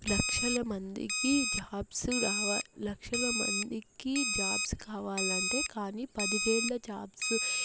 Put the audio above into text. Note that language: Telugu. లక్షల మందికి జాబ్స్ రావాలి లక్షల మందికి జాబ్స్ కావాలంటే కాని పది వేల జాబ్స్